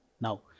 now